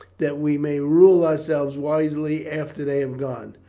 that we may rule ourselves wisely after they have gone.